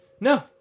no